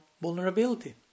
vulnerability